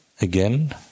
again